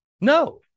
No